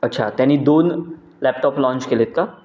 अच्छा त्यांनी दोन लॅपटॉप लॉन्च केलेत का